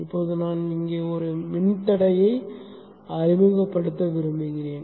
இப்போது நான் இங்கே ஒரு மின்தடையை அறிமுகப்படுத்த விரும்புகிறேன்